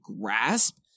grasp